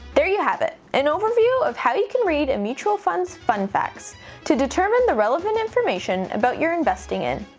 there you have it. an overview of how you can read a mutual fund's fund facts to determine the relevant information about what you're investing in,